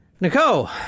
Nicole